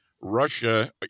Russia